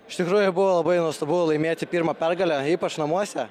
iš tikrųjų buvo labai nuostabu laimėti pirmą pergalę ypač namuose